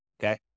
okay